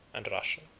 and russia.